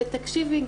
ותקשיבי,